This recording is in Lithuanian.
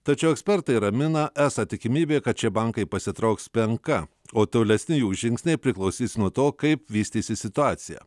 tačiau ekspertai ramina esą tikimybė kad šie bankai pasitrauks menka o tolesni jų žingsniai priklausys nuo to kaip vystysis situacija